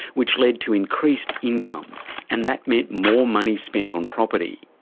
which led to increased incomes and that meant more money spent on property.